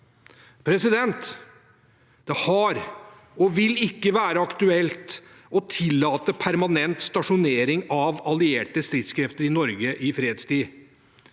Det har ikke vært og vil ikke være aktuelt å tillate permanent stasjonering av allierte stridskrefter i Norge i fredstid.